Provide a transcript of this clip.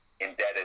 Indebted